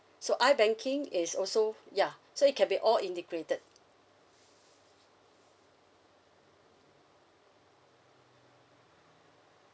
so I banking is also ya so it can be all integrated